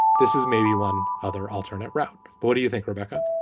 this is maybe one other alternate route. what do you think rebecca